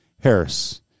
Harris